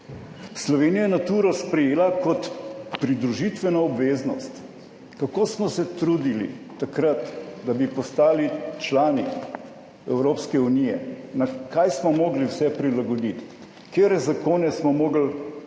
Slovenija je Naturo sprejela kot pridružitveno obveznost, kako smo se trudili takrat, da bi postali člani Evropske unije, na kaj smo mogli vse prilagoditi, katere zakone smo morali prilagoditi